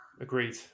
Agreed